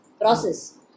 process